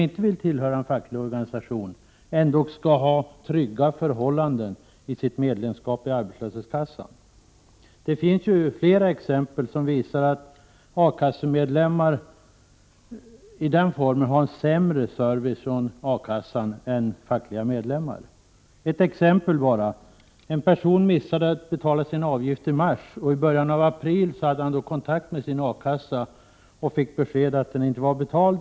1988/89:26 organisation ändock skall ha trygga förhållanden när det gäller medlemska 17 november 1988 pet i arbetslöshetskassan. Det finns flera exempel som visar at A= Z— HH kassemedlemmar som inte är fackföreningsanslutna får en sämre service från A-kassan än fackliga medlemmar. Jag skall bara nämna ett exempel. En person missade att betala sin avgift till arbetslöshetskassan i mars, och i början av april tog han kontakt med arbetslöshetskassan och meddelade att avgiften inte var betald.